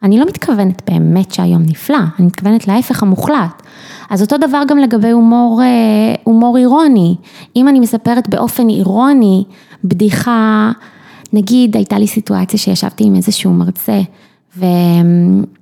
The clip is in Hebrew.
אני לא מתכוונת באמת שהיום נפלא, אני מתכוונת להפך המוחלט, אז אותו דבר גם לגבי הומור אירוני, אם אני מספרת באופן אירוני, בדיחה, נגיד הייתה לי סיטואציה שישבתי עם איזשהו מרצה ו...